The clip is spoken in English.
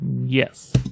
Yes